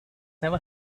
never